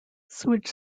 sewage